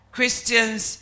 Christians